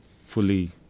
fully